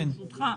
ברשותך -- בבקשה.